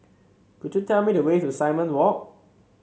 could you tell me the way to Simon Walk